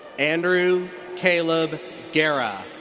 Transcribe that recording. andrew caleb guerra.